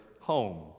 home